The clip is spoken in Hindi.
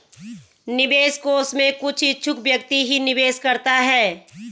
निवेश कोष में कुछ इच्छुक व्यक्ति ही निवेश करता है